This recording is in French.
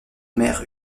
mère